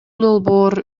долбоор